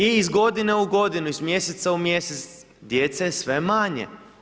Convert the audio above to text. I iz godine u godine i iz mjeseca u mjesec, djece je sve manje.